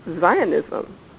Zionism